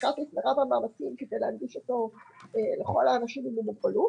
השקעתי את מרב המאמצים כדי להנגיש אותו לכל האנשים עם המוגבלות